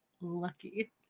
Lucky